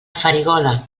farigola